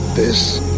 this